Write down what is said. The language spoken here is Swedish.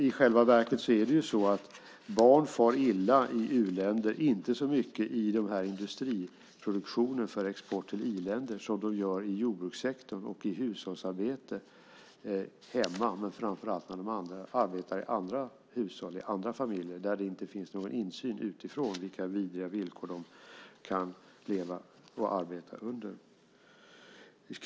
I själva verket far barn i u-länder inte så illa i den här industriproduktionen för export till i-länder som de gör i jordbrukssektorn och i hushållsarbete hemma och framför allt när de arbetar i hushållet i andra familjer där det inte finns någon insyn utifrån i vilka vidriga villkor de kan leva och arbeta under.